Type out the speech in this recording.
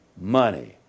money